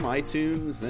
iTunes